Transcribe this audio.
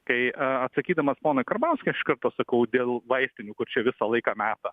kai atsakydamas ponui karbauskiui aš iš karto sakau dėl vaistų kur čia visą laiką meta